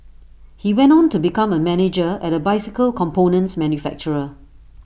he went on to become A manager at A bicycle components manufacturer